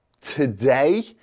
today